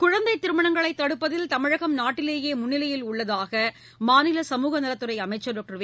குழந்தை திருமணங்களைத் தடுப்பதில் தமிழகம் நாட்டிலேயே முன்னிலையில் உள்ளதாக மாநில சமூக நலத்துறை அமைச்சர் டாக்டர் வெ